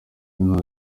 nta